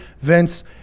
Vince